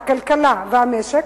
הכלכלה והמשק,